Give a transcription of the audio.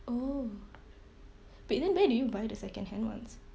oh but then where did you buy the second hand ones